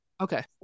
Okay